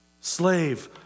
Slave